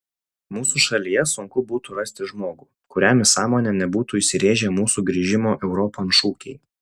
mūsų šalyje sunku būtų rasti žmogų kuriam į sąmonę nebūtų įsirėžę mūsų grįžimo europon šūkiai